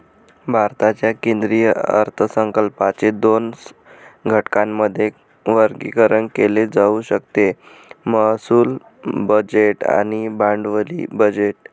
भारताच्या केंद्रीय अर्थसंकल्पाचे दोन घटकांमध्ये वर्गीकरण केले जाऊ शकते महसूल बजेट आणि भांडवली बजेट